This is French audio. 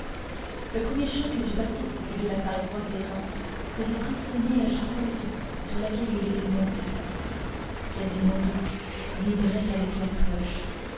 le premier choc du battant et de la paroi d'airain faisait frissonner la charpente sur laquelle il était monté quasimodo vibrait avec la cloche